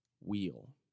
wheel